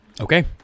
Okay